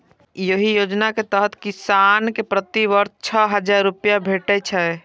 एहि योजना के तहत किसान कें प्रति वर्ष छह हजार रुपैया भेटै छै